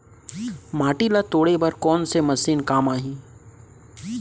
माटी ल तोड़े बर कोन से मशीन काम आही?